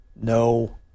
no